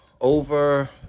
Over